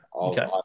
Okay